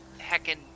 Heckin